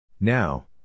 Now